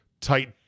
tight